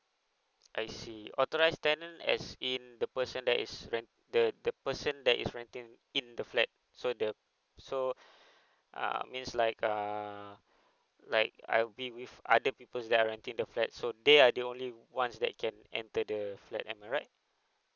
I see authorised tenant as in the person that is rent the the person that is renting in the flat so the so uh means like err like I'll be with other peoples that I renting the flat so they are the only one that can enter the flat am I right